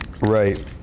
Right